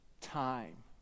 time